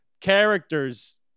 characters